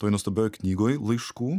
toj nuostabioj knygoj laiškų